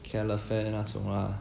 calefare 那种 lah